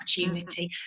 opportunity